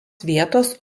vietos